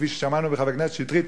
כפי ששמענו מחבר הכנסת שטרית,